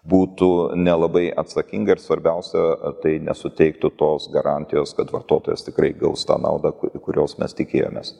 būtų nelabai atsakinga ir svarbiausia tai nesuteiktų tos garantijos kad vartotojas tikrai gaus tą naudą kurios mes tikėjomės